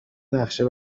نقشه